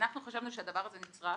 אנחנו חשבנו שהדבר הזה נצרך,